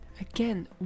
Again